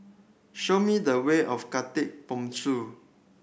show me the way of Khatib Bongsu